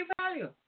value